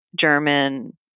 German